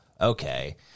okay